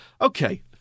okay